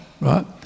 right